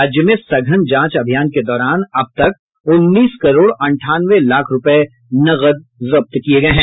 राज्य में सघन जांच अभियान के दौरान अब तक उन्नीस करोड़ अंठानवे लाख रूपये नकद जब्त किया है